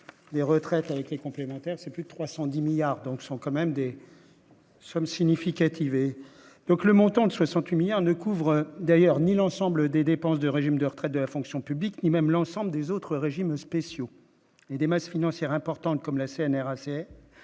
des retraites a été complémentaires, c'est plus de 310 milliards donc sont quand même des sommes significatives et donc le montant de 68 milliards ne couvrent d'ailleurs ni l'ensemble des dépenses du régime de retraite de la fonction publique, ni même l'ensemble des autres régimes spéciaux et des masses financières importantes, comme la Cnracl